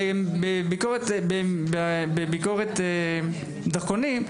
בביקורת דרכונים,